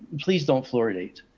please don't fluoridate.